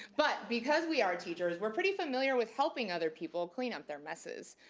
but because we are teachers, we're pretty familiar with helping other people clean up their messes,